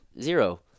Zero